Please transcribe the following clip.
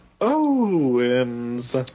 Owens